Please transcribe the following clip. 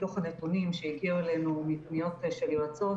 מתוך הנתונים שהגיעו אלינו מפניות של יועצות